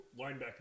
linebacker